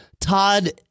Todd